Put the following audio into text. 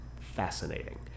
fascinating